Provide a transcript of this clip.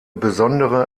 besondere